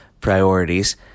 priorities